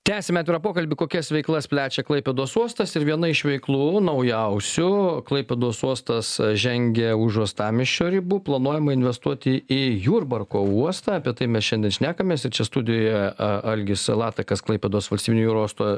tęsiam atvirą pokalbį kokias veiklas plečia klaipėdos uostas ir viena iš veiklų naujausių klaipėdos uostas žengia už uostamiesčio ribų planuojama investuoti į jurbarko uostą apie tai mes šiandien šnekamės ir čia studijoje a algis latakas klaipėdos valstybinio jūrų uosto